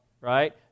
right